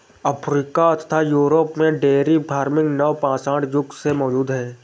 Africa तथा Europe में dairy farming नवपाषाण युग से मौजूद है